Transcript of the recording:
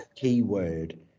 Keyword